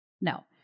No